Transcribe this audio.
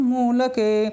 Mulake